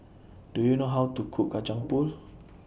Do YOU know How to Cook Kacang Pool